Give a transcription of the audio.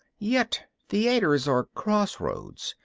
yet theaters are crossroads,